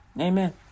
Amen